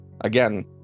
Again